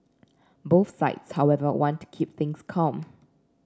both sides however want to keep things calm